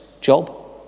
Job